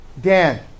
Dan